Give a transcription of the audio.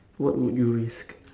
what would you risk